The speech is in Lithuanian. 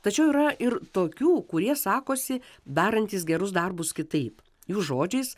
tačiau yra ir tokių kurie sakosi darantys gerus darbus kitaip jų žodžiais